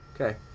Okay